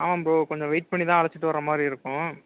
ஆமாம் ப்ரோ கொஞ்சம் வெயிட் பண்ணிதான் அழைச்சிட்டு வர மாதிரி இருக்கும்